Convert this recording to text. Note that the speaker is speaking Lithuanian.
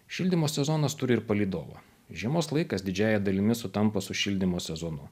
šildymo sezonas turi ir palydovą žiemos laikas didžiąja dalimi sutampa su šildymo sezonu